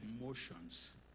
emotions